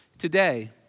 Today